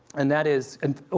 and that is and ah